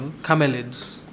camelids